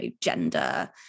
gender